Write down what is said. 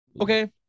okay